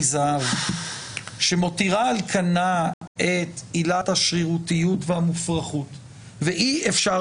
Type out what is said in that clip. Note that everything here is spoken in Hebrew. זהב שמותירה על כנה את עילת השרירותיות והמופרכות ואי אפשר